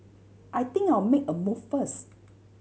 I think I'll make a move first